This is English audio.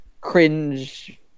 cringe